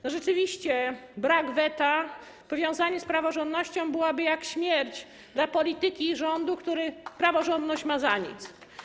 No rzeczywiście brak weta, powiązanie z praworządnością byłoby jak śmierć dla polityki rządu, który praworządność ma za nic.